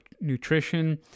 nutrition